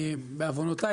בעוונותיי,